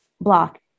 block